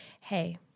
Hey